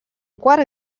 quart